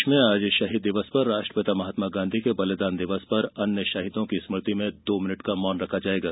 प्रदेश में आज शहीद दिवस पर राष्ट्रपिता महात्मा गाँधी के बलिदान दिवस और अन्य शहीदों की स्मृति में दो मिनिट का मौन रखा जायेगा